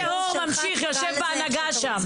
ארגון הטרור ממשיך, יושב בהנהגה שם.